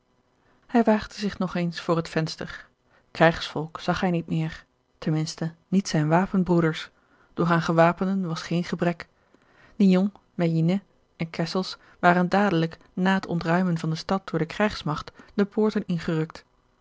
hij waagde zich nog eens voor het venster krijgsvolk zag hij niet meer ten minste niet zijne wapenbroeders doch aan gewapenden was geen gebrek niellon mellinet en kessels waren dadelijk na het ontruimen van de stad door de krijgsmagt de poorten ingerukt